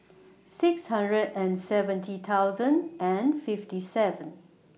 six hundred and seventy thousand and fifty seven